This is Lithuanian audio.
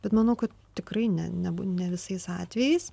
bet manau kad tikrai ne ne bū ne visais atvejais